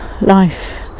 Life